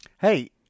Hey